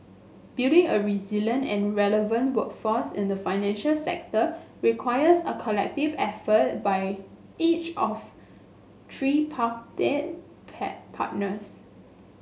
building a resilient and relevant workforce in the financial sector requires a collective effort by each of partners